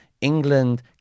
england